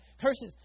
curses